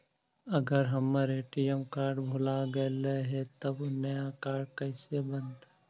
अगर हमर ATM card भुला गैलै हे तब नया काड कइसे बनतै?